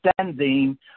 standing